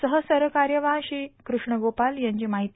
सहसरकार्यवाह श्री क्रष्णगोपाल यांची माहिती